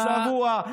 אתה צבוע.